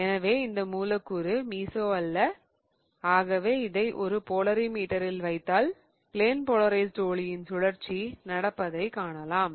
எனவே இந்த மூலக்கூறு மெசோ அல்ல ஆகவே இதை ஒரு போலரிமீட்டரில் வைத்தால் ப்ளென் போலரைஸ்ட் ஒளியின் சுழற்சி நடப்பதைக் காணலாம்